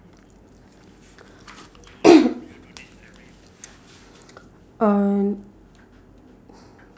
uh